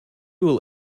will